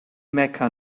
mecca